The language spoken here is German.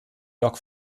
york